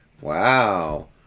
Wow